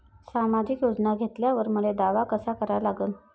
सामाजिक योजना घेतल्यावर मले दावा कसा करा लागन?